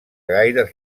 gaires